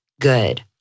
good